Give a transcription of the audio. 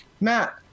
Matt